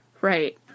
Right